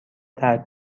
ترک